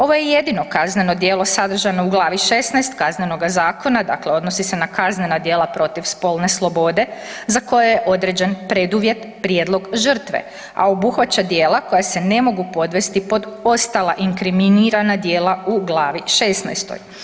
Ovo je je jedino kazneno djelo sadržano u Glavi XVI Kaznenoga zakona, dakle odnosi se na kaznena djela protiv spolne slobode za koje je određen preduvjet prijedlog žrtve, a obuhvaća djela koja se ne mogu podvesti pod ostala inkriminirana djela u Glavi XVI-toj.